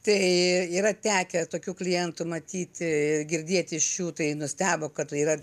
tai yra tekę tokių klientų matyti ir girdėti iš jų tai nustebo kad yra